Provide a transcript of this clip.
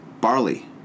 barley